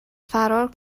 فرار